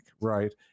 right